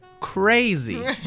crazy